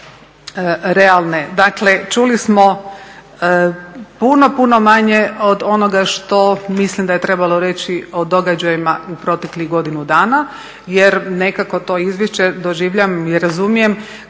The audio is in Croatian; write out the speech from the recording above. Dakle, čuli smo puno, puno manje od onoga što mislim da je trebalo reći, o događajima u proteklih godinu dana jer nekako to izvješće doživljavam i razumijem